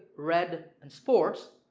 red and sports,